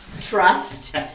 trust